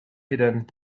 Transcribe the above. hidden